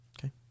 Okay